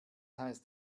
heißt